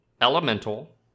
Elemental